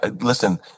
Listen